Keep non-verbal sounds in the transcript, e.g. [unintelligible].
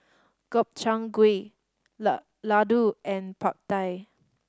Gobchang Gui [unintelligible] Ladoo and Pad Thai